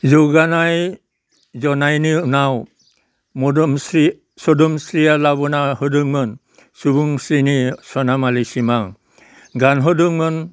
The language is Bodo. जौगानाय जनायनि उनाव सोदोमस्रिया लाबोना होदोंमोन सुबुंस्रिनि सनामालि सिमां गानहोदोंमोन